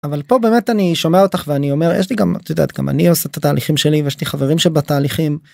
אבל פה באמת אני שומע אותך ואני אומר יש לי גם, את יודעת, גם אני עושה את התהליכים שלי ויש לי חברים שבתהליכים.